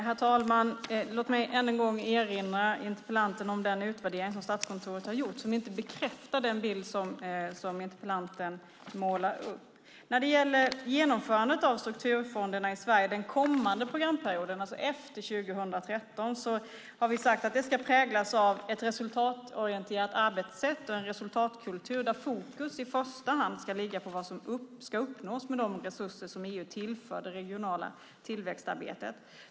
Herr talman! Låt mig än en gång erinra interpellanten om den utvärdering som Statskontoret har gjort och som inte bekräftar den bild som interpellanten målar upp. När det gäller genomförandet av strukturfonderna i Sverige den kommande programperioden, alltså efter 2013, har vi sagt att det för det första ska präglas av ett resultatorienterat arbetssätt och en resultatkultur där fokus i första hand ska ligga på vad som ska uppnås med de resurser som EU tillför det regionala tillväxtarbetet.